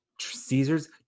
Caesar's